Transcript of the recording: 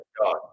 God